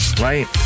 right